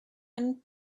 and